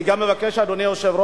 אני גם מבקש, אדוני היושב-ראש,